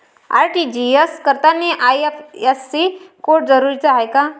RTGS करतांनी IFSC code जरुरीचा हाय का?